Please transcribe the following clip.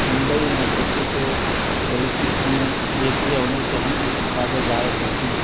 Mumbai university سے politics میں یہ کیا انہیں سے ہم استفادہ زیادہ کرتے ہیں